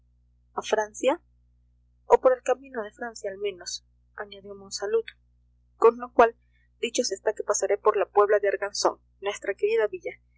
a francia o por el camino de francia al menos añadió monsalud con lo cual dicho se está que pasaré por la puebla de arganzón nuestra querida villa